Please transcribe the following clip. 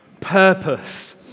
Purpose